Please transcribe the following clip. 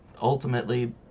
ultimately